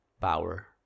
power